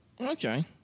Okay